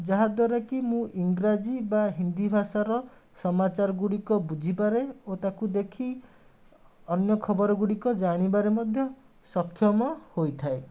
ଯାହାଦ୍ଵାରା କି ମୁଁ ଇଂରାଜୀ ବା ହିନ୍ଦୀ ଭାଷାର ସମାଚାର ଗୁଡ଼ିକ ବୁଝିପାରେ ଓ ତାକୁ ଦେଖି ଅନ୍ୟ ଖବର ଗୁଡ଼ିକ ଜାଣିବାରେ ମଧ୍ୟ ସକ୍ଷମ ହୋଇଥାଏ